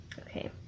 Okay